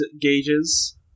gauges